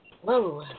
whoa